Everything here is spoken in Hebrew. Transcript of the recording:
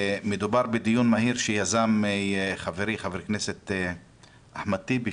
מדובר בדיון מהיר שיזם חברי חבר הכנסת אחמד טיבי,